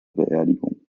beerdigung